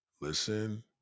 Listen